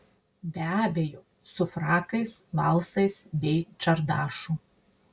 be abejo su frakais valsais bei čardašu